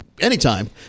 anytime